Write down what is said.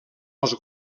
els